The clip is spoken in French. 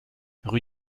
rue